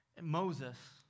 Moses